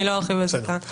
אני לא ארחיב על זה כאן.